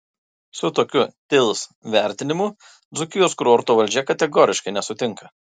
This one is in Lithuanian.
su tokiu tils vertinimu dzūkijos kurorto valdžia kategoriškai nesutinka